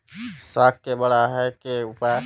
साग के बड़ा है के उपाय?